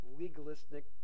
legalistic